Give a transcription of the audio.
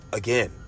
again